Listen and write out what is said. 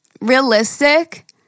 realistic